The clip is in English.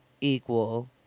equal